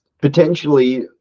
potentially